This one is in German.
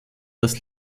das